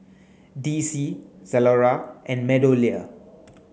D C Zalora and MeadowLea